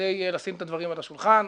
כדי לשים את הדברים על השולחן,